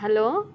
hello